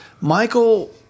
Michael